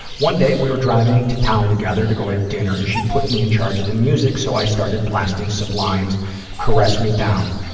one day we were driving to town together to go have dinner and she put me in charge of the music so i started blasting sublime's caress me down,